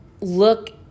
look